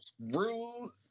Rude